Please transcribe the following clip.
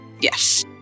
Yes